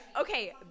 okay